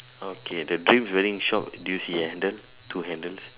okay the dreams wedding shop do you see the handle two handles